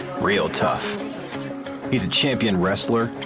real tough. he is a champion wrestler.